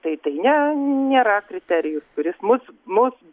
tai tai ne nėra kriterijus kuris mus mus